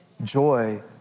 Joy